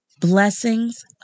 blessings